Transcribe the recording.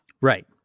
Right